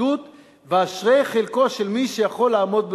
החסידות ואשרי חלקו של מי שיכול לעמוד בזה.